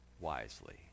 wisely